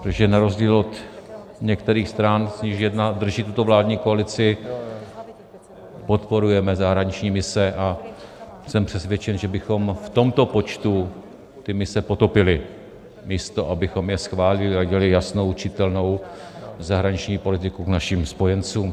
Protože na rozdíl od některých stran, z nichž jedna drží tuto vládní koalici, podporujeme zahraniční mise a jsem přesvědčen, že bychom v tomto počtu ty mise potopili, místo abychom je schválili a dělali jasnou čitelnou zahraniční politiku k našim spojencům.